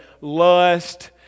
lust